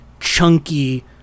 chunky